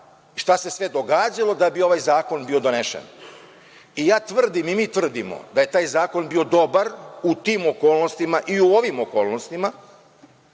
šta se sve događalo da bi ovaj zakon bio donesen. Ja tvrdim i mi tvrdimo da je taj zakon bio dobar u tim okolnostima i u ovim okolnostima